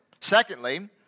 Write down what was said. Secondly